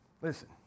Listen